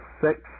six